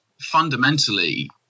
fundamentally